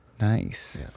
Nice